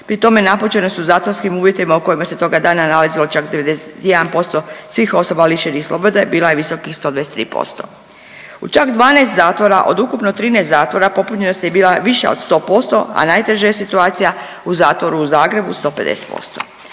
pri tome napučenost u zatvorskim uvjetima u kojima se toga dana nalazilo čak 91% svih osoba lišenih slobode bila je visokih 123%. U čak 12 zatvora od ukupno 13 zatvora popunjenost je bila viša od 100%, a najteža je situacija u zatvoru u Zagrebu 150%